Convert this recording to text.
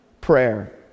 prayer